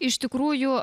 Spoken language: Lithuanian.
iš tikrųjų